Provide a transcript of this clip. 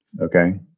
Okay